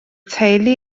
teulu